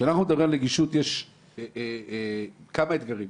כשאנחנו מדברים על נגישות יש כמה אתגרים.